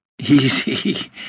Easy